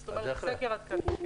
זאת אומרת, סקר עדכני כן.